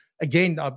again